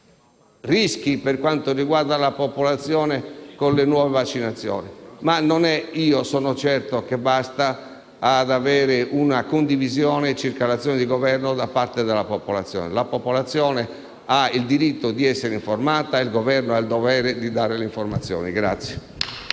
rischi per la popolazione con le nuove vaccinazioni, ma sono altresì certo che basti avere una condivisione circa l'azione di Governo da parte della popolazione, che ha il diritto di essere informata e il Governo ha il dovere di dare le informazioni.